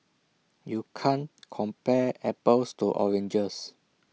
you can't compare apples to oranges